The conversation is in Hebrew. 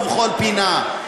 שאי-אפשר בכל מקום ובכל פינה.